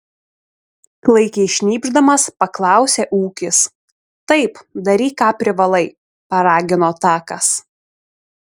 klaikiai šnypšdamas paklausė ūkis taip daryk ką privalai paragino takas